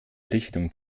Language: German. richtung